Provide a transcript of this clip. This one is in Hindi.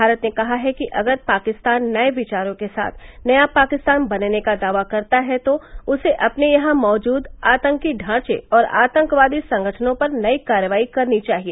भारत ने कहा है कि अगर पाकिस्तान नए विचारों के साथ नया पाकिस्तान बनने का दावा करता है तो उसे अपने यहां मौजूद आतंकी ढांचे और आतंकवादी संगठनों पर नई कार्रवाई करनी चाहिए